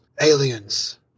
aliens